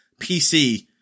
PC